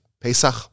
Pesach